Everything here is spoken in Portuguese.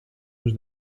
nos